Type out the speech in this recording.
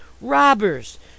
Robbers